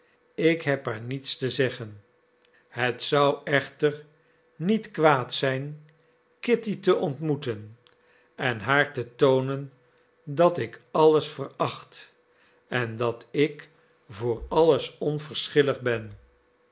ik heb haar niets te zeggen het zou echter niet kwaad zijn kitty te ontmoeten en haar te toonen dat ik alles veracht en dat ik voor alles onverschillig ben